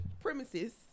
premises